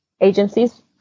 agencies